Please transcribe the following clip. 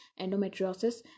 endometriosis